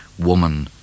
woman